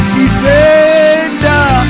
defender